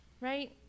right